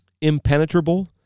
impenetrable